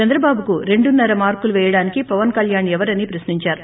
చంద్రబాబుకు రెండున్సర మార్కులు పేయడానికి పవన్కల్యాణ్ ఎవరని ప్రశ్నించారు